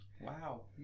Wow